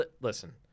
listen